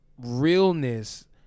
realness